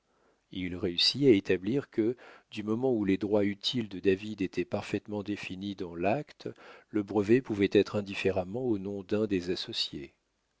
il réussit à établir que du moment où les droits utiles de david étaient parfaitement définis dans l'acte le brevet pouvait être indifféremment au nom d'un des associés